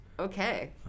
Okay